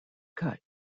cut